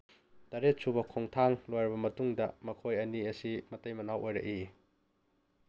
ꯇꯔꯦꯠ ꯁꯨꯕ ꯈꯣꯡꯊꯥꯡ ꯂꯣꯏꯔꯕ ꯃꯇꯨꯡꯗ ꯃꯈꯣꯏ ꯑꯅꯤ ꯑꯁꯤ ꯃꯅꯩ ꯃꯅꯥꯎ ꯑꯣꯏꯔꯛꯏ